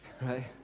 right